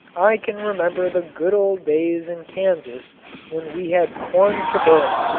i can remember the good old days in kansas when we had corn to burn.